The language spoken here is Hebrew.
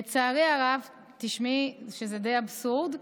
לצערי הרב, תשמעי, זה די אבסורד,